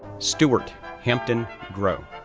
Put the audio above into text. stuart hampton grow,